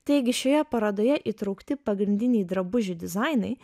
taigi šioje parodoje įtraukti pagrindiniai drabužių dizainai